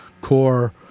core